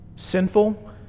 Sinful